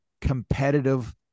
competitive